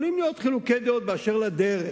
יכולים להיות חילוקי דעות בנוגע לדרך,